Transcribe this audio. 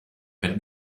per